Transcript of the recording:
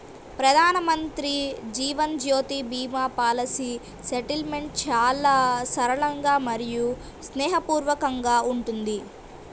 ప్రధానమంత్రి Jeevan Jyoti Bima policy settlement చాలా సరళంగా మరియు స్నేహపూర్వకంగా ఉంటుంది